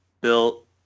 built